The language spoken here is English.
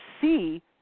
see